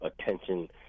attention